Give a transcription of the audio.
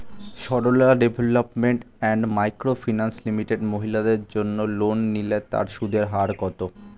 Sarala development and micro finance limited মহিলাদের জন্য loan নিলে তার সুদের হার কত?